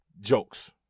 jokes